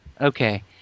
Okay